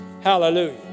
Hallelujah